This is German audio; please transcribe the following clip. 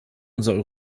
unserer